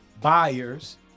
buyers